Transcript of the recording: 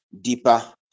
deeper